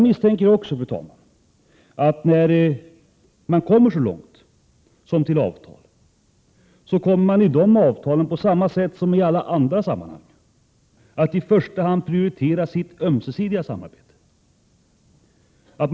När man kommer så långt som till avtal kommer man — på samma sätt som i andra liknande sammanhang — att i första hand prioritera sitt ömsesidiga samarbete.